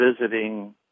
visiting